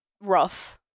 rough